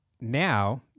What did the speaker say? Now